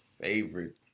favorite